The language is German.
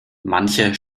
manche